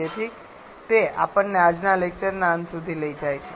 તેથી તે આપણને આજના લેક્ચરના અંત સુધી લઈ જાય છે